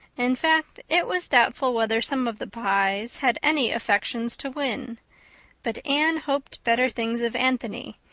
in fact, it was doubtful whether some of the pyes had any affections to win but anne hoped better things of anthony,